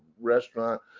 restaurant